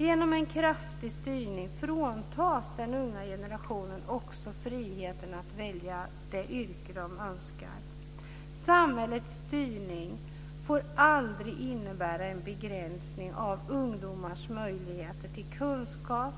Genom en kraftig styrning fråntas den unga generationen också friheten att välja det yrke som de önskar. Samhällets styrning får aldrig innebära en begränsning av ungdomars möjligheter till kunskap,